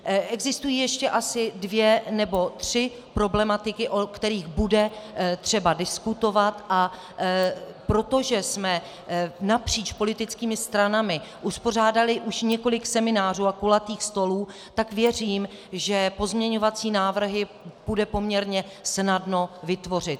Existují ještě asi dvě nebo tři problematiky, o kterých bude třeba diskutovat, a protože jsme napříč politickými stranami uspořádali už několik seminářů a kulatých stolů, tak věřím, že pozměňovací návrhy půjde poměrně snadno vytvořit.